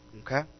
Okay